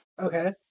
okay